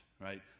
right